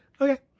Okay